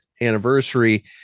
anniversary